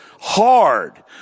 hard